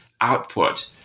output